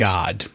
God